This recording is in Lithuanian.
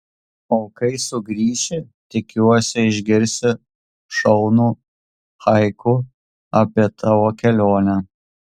o kai sugrįši tikiuosi išgirsti šaunų haiku apie tavo kelionę